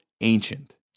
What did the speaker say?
ancient